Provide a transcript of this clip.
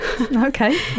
Okay